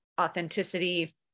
authenticity